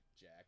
Jack